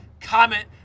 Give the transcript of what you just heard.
comment